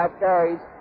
carries